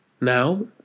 Now